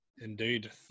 Indeed